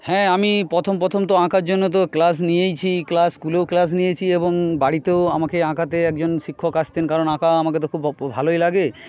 হ্যাঁ আমি পথম পথম তো আঁকার জন্য তো ক্লাস নিয়েইছি ক্লাস স্কুলেও ক্লাস নিয়েছি এবং বাড়িতেও আমাকে আঁকাতে একজন শিক্ষক আসতেন কারণ আঁকা আমাকে তো খুব ভালোই লাগে